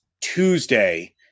Tuesday